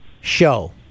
show